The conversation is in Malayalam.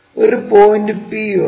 ഒരു പോയിന്റ് P ഉണ്ട്